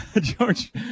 George